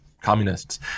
communists